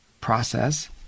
process